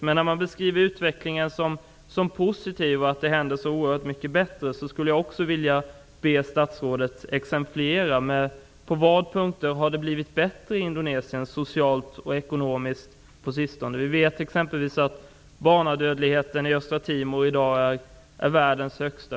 Men när man beskriver utvecklingen som positiv och säger att det håller på att bli så mycket bättre, skulle jag vilja be statsrådet exemplifiera. På vilka punkter har det blivit bättre i Indonesien, socialt och ekonomiskt, på sistone? Vi vet, exempelvis, att barnadödligheten i Östra Timor i dag är världens högsta.